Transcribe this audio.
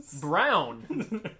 brown